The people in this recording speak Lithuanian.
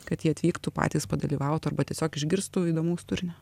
kad jie atvyktų patys padalyvautų arba tiesiog išgirstų įdomaus turinio